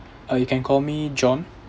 uh you can call me john